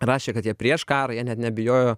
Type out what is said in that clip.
rašė kad jie prieš karą jie net nebijojo